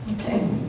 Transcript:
Okay